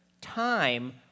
time